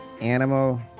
animal